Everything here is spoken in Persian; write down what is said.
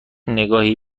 نگاهی